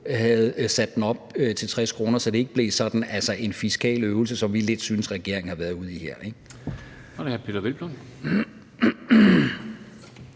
havde sat den op til 60 kr., sådan at det ikke blev sådan en fiskal øvelse, som vi lidt synes at regeringen har været ude i her.